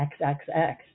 XXX